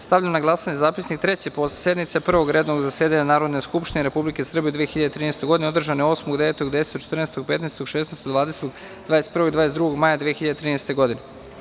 Stavljam na glasanje zapisnik Treće sednice Prvog redovnog zasedanja Narodne skupštine Republike Srbije u 2013. godini, održane 8, 9, 10, 14, 15, 16, 20, 21. i 22. maja 2013. godine.